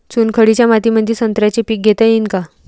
चुनखडीच्या मातीमंदी संत्र्याचे पीक घेता येईन का?